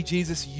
Jesus